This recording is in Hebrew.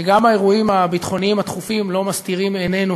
שגם האירועים הביטחוניים התכופים לא מסתירים מעינינו